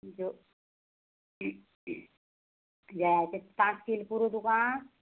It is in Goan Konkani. जे जयाचे पांच कील पुरो तुका